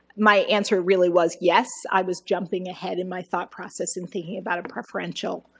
my answer really was yes. i was jumping ahead in my thought process and thinking about a preferential